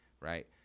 right